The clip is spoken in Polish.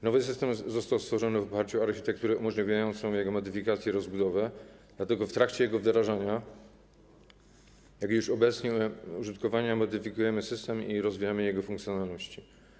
Nowy system został stworzony w oparciu o architekturę umożliwiającą jego modyfikację i rozbudowę, dlatego w trakcie jego wdrażania, jak i obecnie, w trakcie użytkowania, modyfikujemy go i rozwijamy jego funkcjonalności.